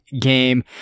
game